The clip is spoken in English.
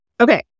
Okay